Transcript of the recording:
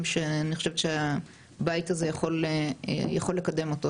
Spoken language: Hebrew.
שאני חושבת שהבית הזה יכול לקדם אותם.